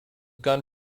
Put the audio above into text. gun